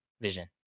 Vision